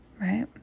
Right